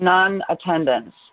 Non-attendance